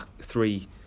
three